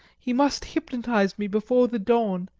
he must hypnotise me before the dawn,